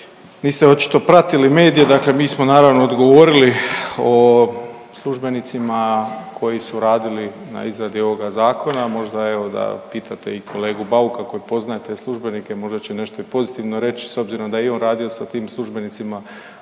Niste očito pratili medije, dakle mi smo naravno odgovorili o službenicima koji su radili na izradi ovoga zakona, možda evo da pitate i kolegu Bauka kojeg poznajete i službenike, možda će nešto i pozitivno reći s obzirom da je i on radio sa tim službenicima